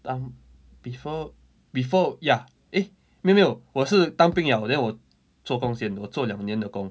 当 before before ya eh 没有没有我是当兵 liao then 我做工先我做两年的工